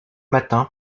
matin